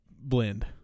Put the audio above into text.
blend